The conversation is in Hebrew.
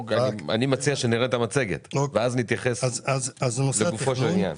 אני מציע שנראה את המצגת ואז נתייחס לגופו של עניין.